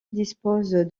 dispose